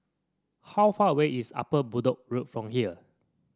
how far away is Upper Bedok Road from here